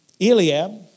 Eliab